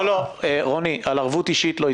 לא התייחסת לערבות אישית.